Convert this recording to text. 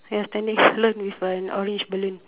yes standing alone with an orange balloon